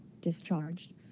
discharged